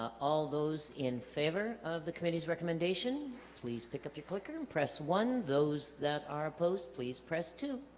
ah all those in favor of the committee's recommendation please pick up your clicker and press one those that are opposed please press two